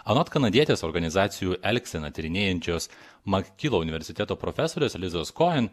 anot kanadietės organizacijų elgseną tyrinėjančios makilo universiteto profesorės lizos koen